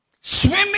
Swimming